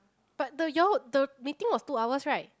but the you all the meeting was two hours right